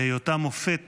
והיותה מופת